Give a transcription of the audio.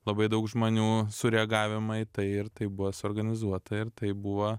labai daug žmonių sureagavimą į tai ir tai buvo suorganizuota ir tai buvo